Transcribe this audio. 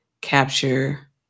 capture